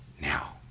now